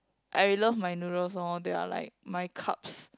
I love my noodles orh they are like my carbs